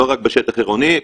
לא רק בשטח עירוני.